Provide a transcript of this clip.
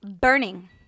burning